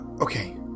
okay